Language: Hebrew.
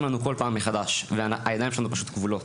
לנו כל פעם מחדש והידיים שלנו פשוט כבולות,